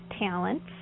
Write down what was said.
talents